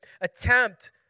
attempt